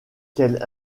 quelle